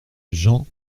jean